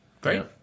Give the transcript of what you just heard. great